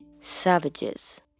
savages